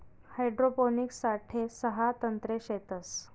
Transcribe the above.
hydroponics साठे सहा तंत्रे शेतस